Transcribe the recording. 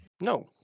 No